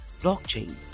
blockchain